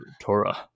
torah